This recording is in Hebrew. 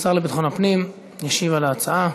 השר לביטחון הפנים ישיב על ההצעה.